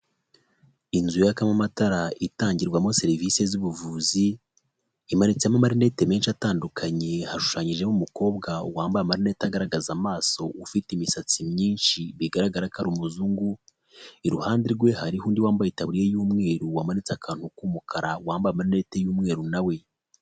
Inzu yakamo amatara, itangirwamo serivisi z'ubuvuzi. Imanitsemo amarinete menshi atandukanye, hashushanyijeho umukobwa wambaye amarinete agaragaza amaso, ufite imisatsi myinshi, bigaragara ko ari umuzungu, iruhande rwe hari undi wambaye itaburiya y'umweru, wamanitse akantu k'umukara, wambaye amarinete y'umweru nawe.